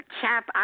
Chap